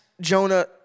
Jonah